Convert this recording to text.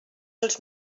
els